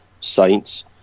Saints